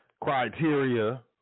criteria